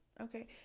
Okay